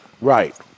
Right